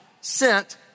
sent